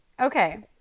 okay